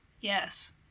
Yes